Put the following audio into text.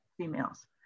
females